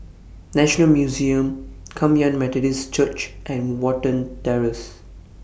National Museum Kum Yan Methodist Church and Watten Terrace